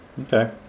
Okay